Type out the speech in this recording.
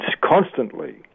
constantly